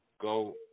go